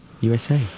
USA